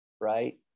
right